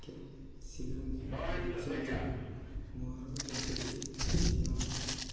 ଟିକେ ଶୀଘ୍ର ନେଇ ପହଞ୍ଚାଇ ଦେବ ମୋର ଜଲ୍ଦି ଟିକେ ଯିବାର ଅଛି